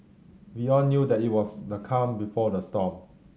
we all knew that it was the calm before the storm